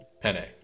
penne